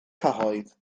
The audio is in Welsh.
cyhoedd